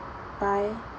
bye